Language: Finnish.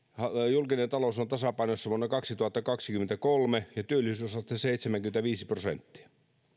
julkinen talous on tasapainossa vuonna kaksituhattakaksikymmentäkolme ja työllisyysaste on seitsemänkymmentäviisi prosenttia